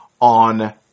on